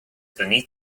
beneath